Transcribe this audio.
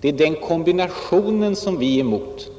Det är den kombinationen som vi är emot.